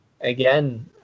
again